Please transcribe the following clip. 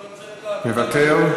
מוותר.